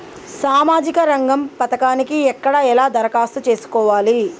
సామాజిక రంగం పథకానికి ఎక్కడ ఎలా దరఖాస్తు చేసుకోవాలి?